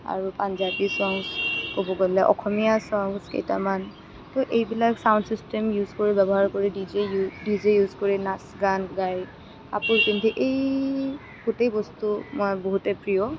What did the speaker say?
আৰু পঞ্জাৱী ছং ক'ব গ'লে অসমীয়া ছংচ কেইটামান তো এইবিলাক চাউণ্ড ছিষ্টেম ইউজ কৰি ব্য়ৱহাৰ কৰি D J D J use কৰি নাচ গান গাই কাপোৰ পিন্ধি এই গোটেই বস্তুবোৰ মোৰ বহুতেই প্ৰিয়